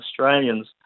Australians